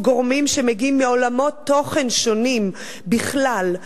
גורמים שמגיעים מעולמות תוכן שונים בכלל,